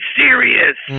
serious